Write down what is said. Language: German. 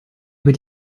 über